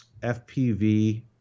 FPV